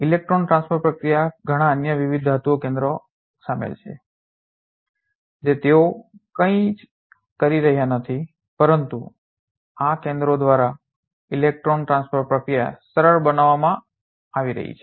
electron transfer પ્રક્રિયામાં ઘણા અન્ય વિવિધ ધાતુ કેન્દ્રો શામેલ છે જે તેઓ કંઇ જ કરી રહ્યા નથી પરંતુ આ કેન્દ્ર દ્વારા ઇલેક્ટ્રોન ટ્રાન્સફર પ્રક્રિયા સરળ બનાવવામાં આવી રહી છે